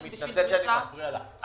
פריסה --- אני מתנצל שאני מפריע לך.